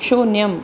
शून्यम्